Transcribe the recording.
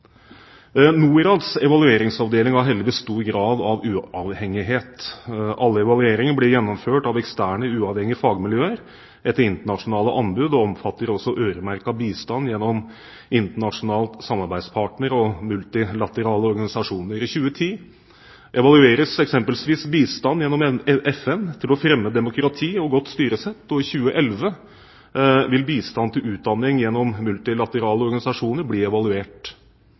Norads evalueringsavdeling har heldigvis stor grad av uavhengighet. Alle evalueringer blir gjennomført av eksterne, uavhengige fagmiljøer etter internasjonale anbud og omfatter også øremerket bistand gjennom internasjonale samarbeidspartnere og multilaterale organisasjoner. I 2010 evalueres eksempelvis bistand gjennom FN til å fremme demokrati og godt styresett, og i 2011 vil bistand til utdanning gjennom multilaterale organisasjoner bli evaluert.